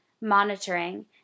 monitoring